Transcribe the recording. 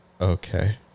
okay